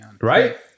right